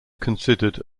considered